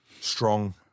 strong